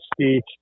speech